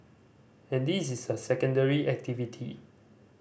and this is a secondary activity